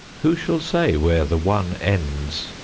who shall say where the one ends,